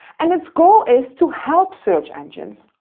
and its goal is to help search engines,